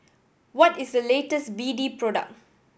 what is the latest B D product